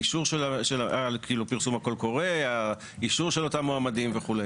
על פרסום הקול קורא, האישור של אותם מועמדים וכו'?